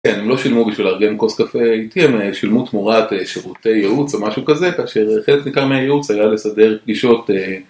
כן, הם לא שילמו בשביל לארגן כוס קפה איתי, הם שילמו תמורת שירותי ייעוץ או משהו כזה, כאשר חלק ניכר מהייעוץ היה לסדר פגישות